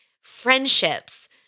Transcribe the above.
friendships